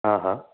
हा हा